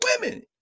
women